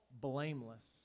blameless